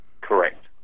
correct